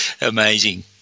Amazing